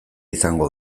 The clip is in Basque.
izango